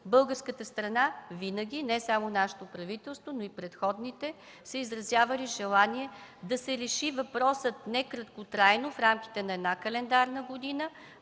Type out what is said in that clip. Българската страна винаги, не само нашето правителство, но и предходните, е изразявала желание да се реши въпросът не краткотрайно, в рамките на една календарна година,